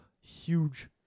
Huge